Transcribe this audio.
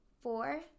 four